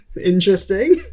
interesting